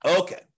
Okay